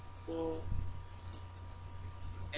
for